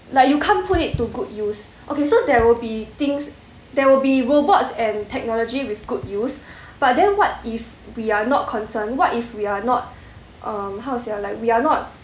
like you can't put it to good use okay so there will be things there will be robots and technology with good use but then what if we are not concerned what if we're not um how to say ah we are not